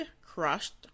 crushed